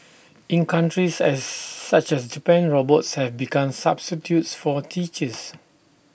in countries as such as Japan robots have become substitutes for teachers